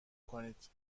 کنید